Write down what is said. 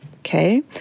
Okay